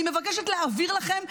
אני מבקשת להבהיר לכם,